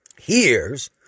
hears